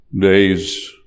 days